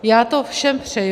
Já to všem přeji.